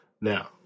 now